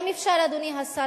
אדוני השר,